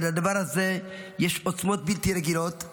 ולדבר הזה יש עוצמות בלתי רגילות.